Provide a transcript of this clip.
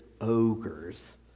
ogres